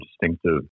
distinctive